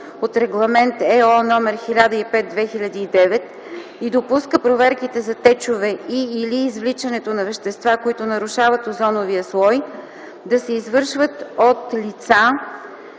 от Регламент /ЕО/ № 1005/2009, и допуска проверките за течове и/или извличането на вещества, които нарушават озоновия слой, да се извършват от лица,